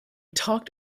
talked